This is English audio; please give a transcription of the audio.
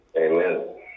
Amen